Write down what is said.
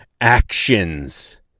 actions